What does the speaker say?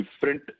different